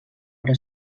però